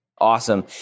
Awesome